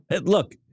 Look